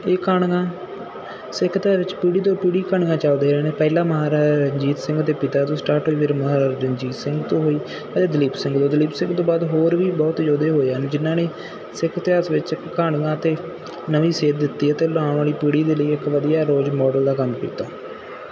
ਇਹ ਕਹਾਣੀਆਂ ਸਿੱਖ ਧਰਮ ਵਿੱਚ ਪੀੜ੍ਹੀ ਤੋਂ ਪੀੜ੍ਹੀ ਕਹਾਣੀਆਂ ਚੱਲਦੀਆਂ ਰਹਿਣੀਆਂ ਪਹਿਲਾਂ ਮਹਾਰਾਜਾ ਰਣਜੀਤ ਸਿੰਘ ਦੇ ਪਿਤਾ ਤੋਂ ਸਟਾਰਟ ਹੋਈ ਫਿਰ ਮਹਾਰਾਜਾ ਰਣਜੀਤ ਸਿੰਘ ਤੋਂ ਹੋਈ ਅਤੇ ਦਲੀਪ ਸਿੰਘ ਤੋਂ ਦਲੀਪ ਸਿੰਘ ਤੋਂ ਬਾਅਦ ਹੋਰ ਵੀ ਬਹੁਤ ਯੋਧੇ ਹੋਏ ਹਨ ਜਿਹਨਾਂ ਨੇ ਸਿੱਖ ਇਤਿਹਾਸ ਵਿੱਚ ਕਹਾਣੀਆਂ ਅਤੇ ਨਵੀਂ ਸੇਧ ਦਿੱਤੀ ਅਤੇ ਆਉਣ ਵਾਲੀ ਪੀੜ੍ਹੀ ਦੇ ਲਈ ਇੱਕ ਵਧੀਆ ਰੋਜ ਮੋਡਲ ਦਾ ਕੰਮ ਕੀਤਾ